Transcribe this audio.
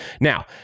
Now